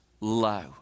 low